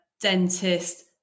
dentist